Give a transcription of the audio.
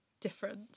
different